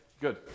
good